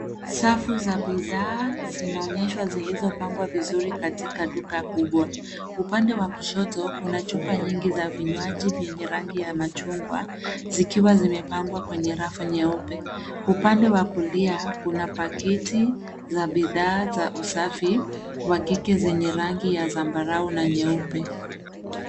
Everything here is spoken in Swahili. Safu za bidhaa zinaonyeshwa zilizopangwa vizuri katika duka kubwa. Upande wa kushoto, kuna chupa nyingi za vinywaji venye rangi ya machungwa, zikiwa zimepangwa kwenye rafu nyeupe. Upande wa kulia kuna pakiti za bidhaa za usafi wa kike zenye rangi ya zambarau na nyeupe.